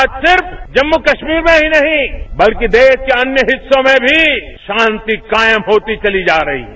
आज सिर्फ जम्मूद कश्मीर में ही नहीं बल्कि देश के अन्य हिस्सों में भी शांति कायम होती चली जा रही है